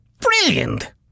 Brilliant